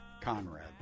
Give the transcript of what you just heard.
Conrad